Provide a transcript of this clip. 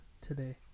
today